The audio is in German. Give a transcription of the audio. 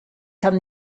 kann